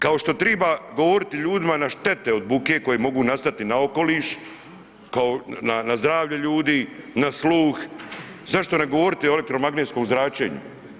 Kao što triba govoriti ljudima na štete od buke koje mogu nastati na okoliš, na zdravlje ljudi, na sluh zašto ne govoriti o elektromagnetskom zračenju?